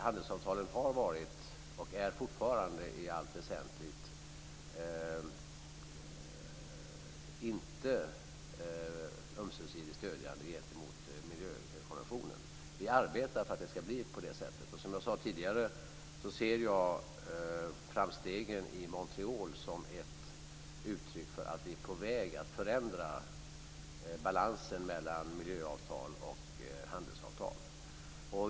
Handelsavtalen har varit och är fortfarande i allt väsentligt inte ömsesidigt stödjande gentemot miljökonventionen. Vi arbetar för att det ska bli så. Jag ser framstegen i Montreal som ett uttryck för att vi är på väg att förändra balansen mellan miljöavtal och handelsavtal.